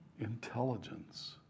intelligence